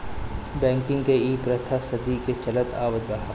banking के इ प्रथा सदी के चलत आवत हवे